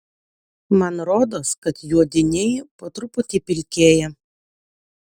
man rodos kad juodiniai po truputėlį pilkėja